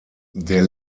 der